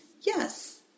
yes